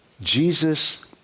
Jesus